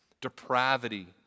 depravity